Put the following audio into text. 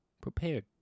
prepared